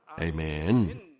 Amen